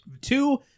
two